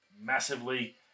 massively